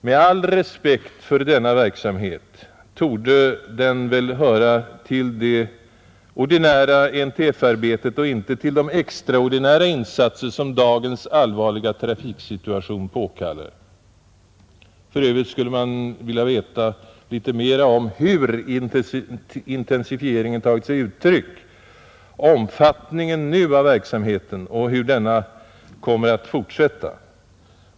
Med all respekt för denna verksamhet måste jag säga att den torde höra till det ordinära NTF-arbetet och inte till de extraordinära insatser som dagens allvarliga trafiksituation påkallar. För övrigt skulle man vilja veta litet mera om hur intensifieringen tagit sig uttryck, omfattningen nu av verksamheten och hur denna kommer att fortsätta.